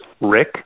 Rick